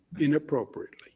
inappropriately